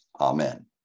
Amen